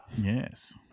Yes